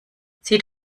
zieht